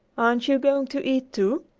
aren't you going to eat, too?